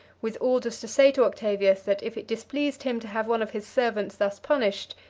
with orders to say to octavius that if it displeased him to have one of his servants thus punished,